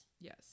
yes